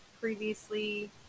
previously